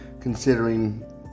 considering